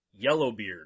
Yellowbeard